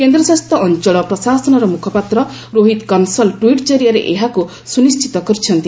କେନ୍ଦ୍ରଶାସିତ ଅଞ୍ଚଳ ପ୍ରଶାସନର ମୁଖପାତ୍ର ରୋହିତ କନସାଲ୍ ଟ୍ୱିଟ୍ ଜରିଆରେ ଏହାକୁ ସୁନିଶ୍ଚିତ କରିଛନ୍ତି